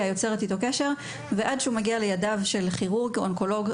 יוצרת איתו קשר עד שהוא מגיע לידיו של כירורג או אונקולוג.